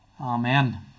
Amen